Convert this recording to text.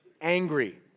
angry